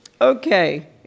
Okay